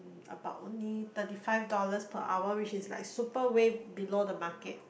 about only thirty five dollars per hour which is like super way below the market